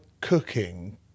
cooking